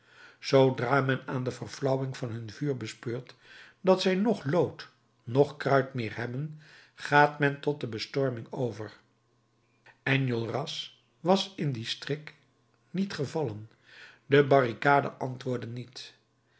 zoodra men aan de verflauwing van hun vuur bespeurt dat zij noch lood noch kruit meer hebben gaat men tot de bestorming over enjolras was in dien strik niet gevallen de barricade antwoordde niet